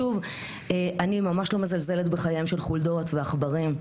אני ממש לא מזלזלת בחייהם של חולדות ועכברים,